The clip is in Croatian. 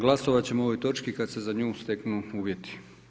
Glasovat ćemo o ovoj točki kada se za nju steknu uvjeti.